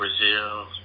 Brazil